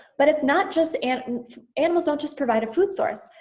but it's not just and and animals don't just provide a food source,